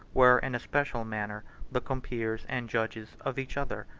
were in a special manner the compeers and judges of each other.